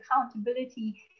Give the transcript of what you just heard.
accountability